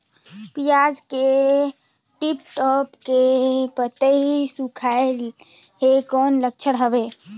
पियाज के टीप टीप के पतई सुखात हे कौन लक्षण हवे?